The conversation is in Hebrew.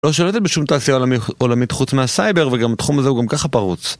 לא שולטת בשום תעשיה עולמית ח... עולמית חוץ מהסייבר, וגם התחום הזה הוא גם ככה פרוץ.